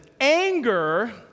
anger